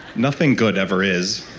nothing good ever is.